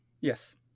Yes